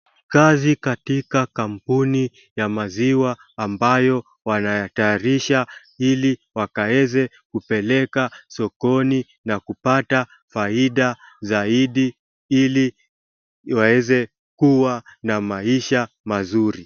Kazi katika kampuni ya maziwa ambayo wanatayarisha ili wakaweze kupeleka sokoni na kupata faida zaidi ili waweze kuwa na maisha mazuri.